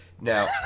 Now